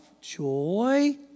joy